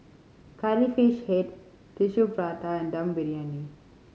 Curry Fish Head Tissue Prata and Dum Briyani